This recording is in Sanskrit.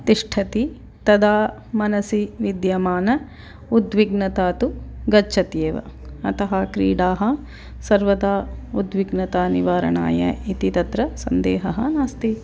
तिष्ठति तदा मनसि विद्यमाना उद्विग्नता तु गच्छत्येव अतः क्रीडाः सर्वदा उद्विग्नता निवारणाय इति तत्र सन्देहः नास्ति